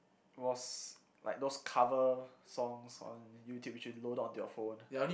was like those cover songs on YouTube which you load on your phone